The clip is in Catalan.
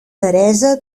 teresa